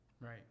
right